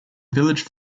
village